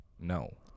no